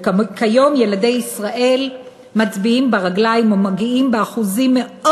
וכיום ילדי ישראל מצביעים ברגליים ומגיעים באחוזים מאוד